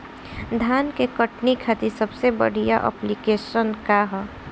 धान के कटनी खातिर सबसे बढ़िया ऐप्लिकेशनका ह?